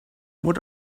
what